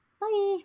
Bye